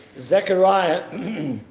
Zechariah